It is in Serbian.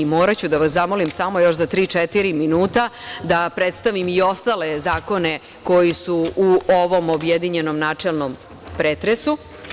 Moraću da vas zamolim samo za još tri, četiri minuta, da predstavim i ostale zakone koji su u ovom objedinjenom načelnom pretresu.